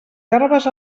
garbes